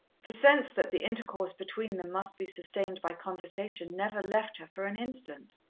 the sense that the intercourse between them must be sustained by conversation never left her for an instant.